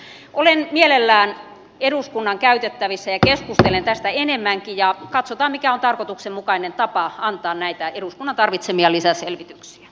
mielelläni olen eduskunnan käytettävissä ja keskustelen tästä enemmänkin ja katsotaan mikä on tarkoituksenmukainen tapa antaa näitä eduskunnan tarvitsemia lisäselvityksiä